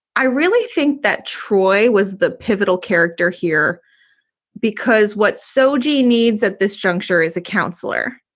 i really think that troy was the pivotal character here because what's so g needs at this juncture is a counsellor.